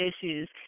issues